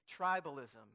tribalism